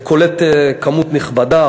זה קולט כמות נכבדה,